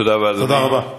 תודה רבה.